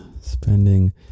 spending